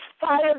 fire